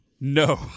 No